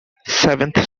seventh